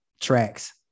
tracks